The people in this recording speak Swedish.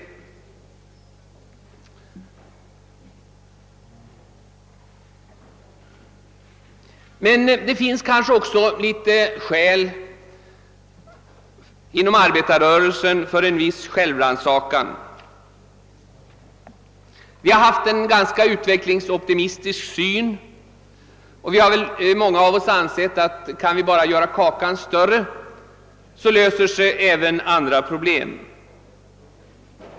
Emellertid finns det kanske också inom arbetarrörelsen skäl för en viss självrannsakan. Vi har haft en ganska utvecklingsoptimistisk syn, och många av oss har kanske ansett att kan vi bara göra kakan större, löser sig även andra problem.